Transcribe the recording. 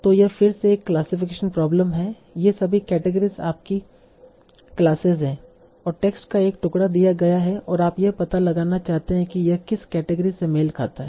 तो यह फिर से एक क्लासिफिकेशन प्रॉब्लम है ये सभी केटेगरीस आपकी क्लासेज हैं और टेक्स्ट का एक टुकड़ा दिया गया है और आप यह पता लगाना चाहते हैं कि यह किस केटेगरी से मेल खाता है